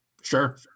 Sure